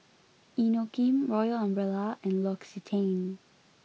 Inokim Royal Umbrella and L'Occitane